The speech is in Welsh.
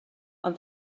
ond